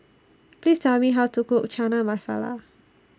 Please Tell Me How to Cook Chana Masala